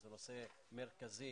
כנושא מרכזי